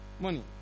Money